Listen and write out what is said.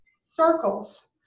circles